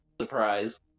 surprise